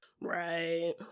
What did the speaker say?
Right